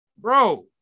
bro